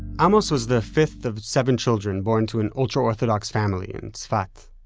amos was the fifth of seven children born to an ultra-orthodox family in tzfat,